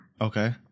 Okay